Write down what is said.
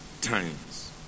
times